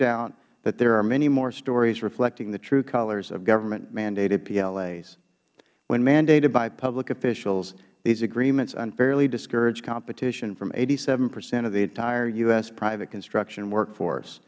doubt that there are many more stories reflecting the true colors of governmentmandated plas when mandated by public officials these agreements unfairly discourage competition from hpercent of the entire u s private construction workforce